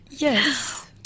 Yes